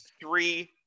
three